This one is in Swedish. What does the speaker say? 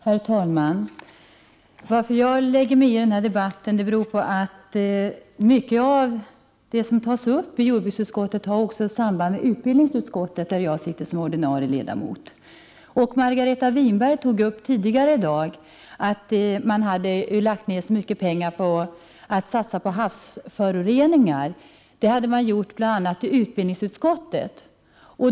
Herr talman! Jag lägger mig i den här debatten därför att det som tas upp i jordbruksutskottet har samband med det som behandlas i utbildningsutskottet. Där sitter jag som ordinarie ledamot. Margareta Winberg tog tidigare i dag upp det förhållandet att mycket pengar har satsats på forskning om havsföroreningarna. Detta har bl.a. utbildningsutskottet gjort.